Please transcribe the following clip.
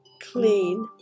clean